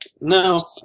No